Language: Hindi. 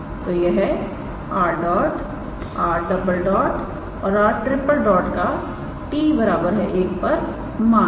तो यह 𝑟̇ 𝑟̈ और 𝑟⃛ का 𝑡 1 पर मान है